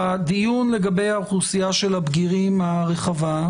הדיון לגבי האוכלוסייה של הבגירים הרחבה,